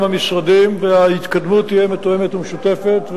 המשרדים וההתקדמות תהיה מתואמת ומשותפת,